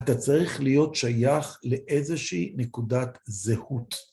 אתה צריך להיות שייך לאיזושהי נקודת זהות.